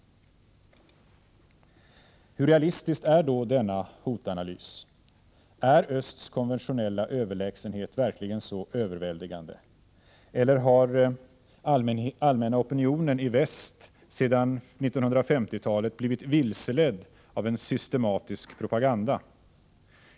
Hur realistisk är då denna hotanalys? Är östs konventionella överlägsenhet verkligen så överväldigande? Eller har allmänna opinionen i väst sedan 1950-talet blivit vilseledd av en systematisk propaganda?